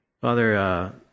Father